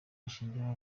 ashingiraho